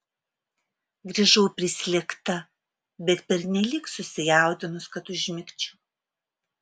grįžau prislėgta bet pernelyg susijaudinus kad užmigčiau